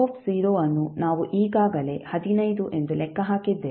v ಅನ್ನು ನಾವು ಈಗಾಗಲೇ 15 ಎಂದು ಲೆಕ್ಕ ಹಾಕಿದ್ದೇವೆ